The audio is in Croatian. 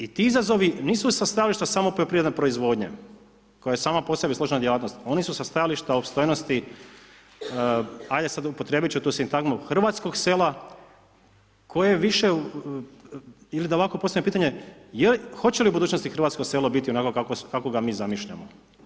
I ti izazovi nisu sa stajališta samo sa poljoprivredne proizvodnje, koje sama po sebi složena djelatnost, oni su sa stajališta opstojnosti, ajde sada upotrebiti ću tu sintagmu hrvatskog sela koje više ili da ovako postavim pitanje, hoće li u budućnosti hrvatsko selo, onako kako ga mi zamišljamo?